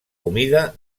humida